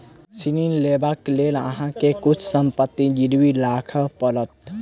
ऋण लेबाक लेल अहाँ के किछ संपत्ति गिरवी राखअ पड़त